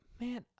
man